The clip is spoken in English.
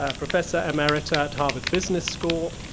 ah professor emeritus at harvard business school.